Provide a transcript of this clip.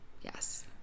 yes